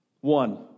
One